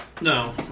no